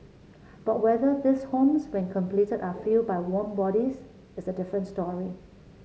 but whether these homes when completed are filled by warm bodies is a different story